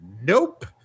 Nope